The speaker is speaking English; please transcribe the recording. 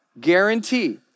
guarantee